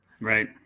Right